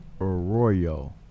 Arroyo